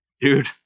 dude